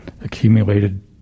accumulated